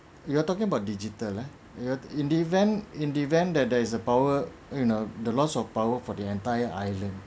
you are talking about digital lah ya in the event in the event that there is a power you know the loss of power for the entire island